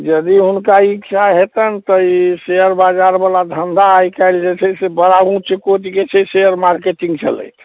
यदि हुनका इच्छा हेतनि तऽ ई शेयर बजारवला धन्धा आइ काल्हि जे छै से बड़ा उँच कोटिके छै शेयर मार्केटिंग चलैत